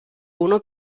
uno